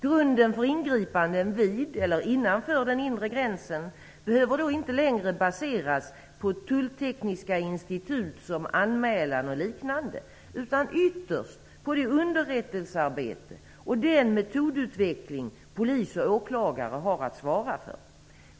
Grunden för ingripanden vid eller innanför den inre gränsen behöver då inte längre baseras på tulltekniska institut som anmälan och liknande, utan ytterst på det underrättelsearbete och den metodutveckling polis och åklagare har att svara för.